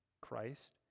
Christ